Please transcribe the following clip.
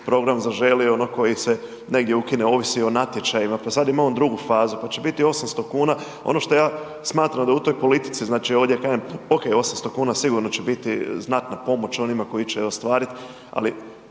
program Zaželi ono koji se negdje ukine ovisi o natječajima, pa sad imamo drugu fazu, pa će biti 800 kuna, ono što ja smatram da u toj politici, znači ovdje kažem ok 800 kuna sigurno će biti znatna pomoć onima koji će je ostvariti, ali